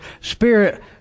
Spirit